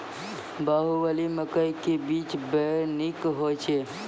बाहुबली मकई के बीज बैर निक होई छै